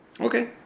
Okay